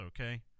Okay